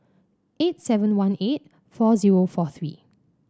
eight seven one eight four zero four three